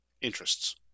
interests